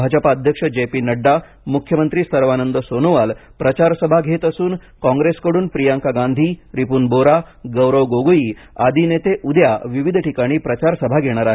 भाजपा अध्यक्ष J P नड्डामुख्यमंत्री Sarbananda Sonowal तर काँग्रेसकडून प्रियंका गांधीरिपून बोरागौरव गोगोई आदि नेते उद्या विविध ठिकाणी प्रचारसभा घेणार आहेत